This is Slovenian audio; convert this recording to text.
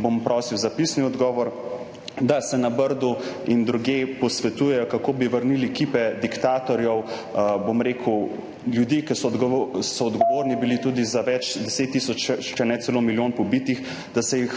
ni, prosil bom za pisni odgovor – da se na Brdu in drugod posvetujejo, kako bi vrnili kipe diktatorjev, bom rekel, ljudi, ki so bili odgovorni tudi za več 10 tisoč, če ne celo milijon pobitih, da se jih